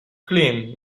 clean